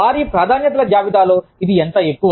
వారి ప్రాధాన్యతల జాబితాలో ఇది ఎంత ఎక్కువ